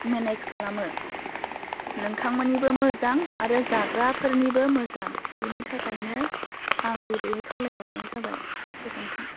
manage खालामो नोंथांमोननिबो मोजां आरो जाग्राफोरनिबो मोजां बेनि थाखायनो आं गुरैयै खावलायहरनाय जाबाय गोजोनथों